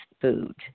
food